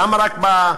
למה רק ברצועה?